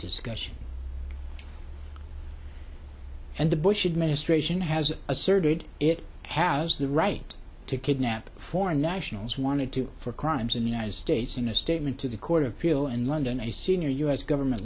discussion and the bush administration has asserted it has the right to kidnap foreign nationals wanted to for crimes in the united states in a statement to the court of appeal in london a senior u s government